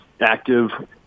active